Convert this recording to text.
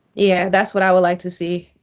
yeah. that's what i would like to see.